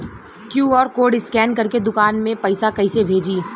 QR code scan करके दुकान में पैसा कइसे भेजी?